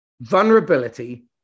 Vulnerability